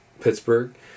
Pittsburgh